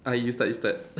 ah you start you start